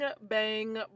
Bang